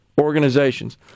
organizations